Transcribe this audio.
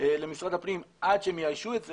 למשרד הפנים עד שהם יאיישו את זה.